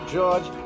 George